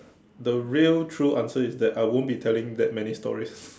the real true answer is that I won't be telling that many stories